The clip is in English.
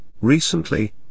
Recently